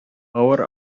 авыр